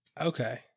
Okay